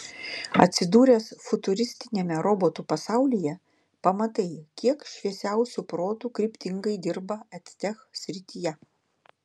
atsidūręs futuristiniame robotų pasaulyje pamatai kiek šviesiausių protų kryptingai dirba edtech srityje